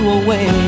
away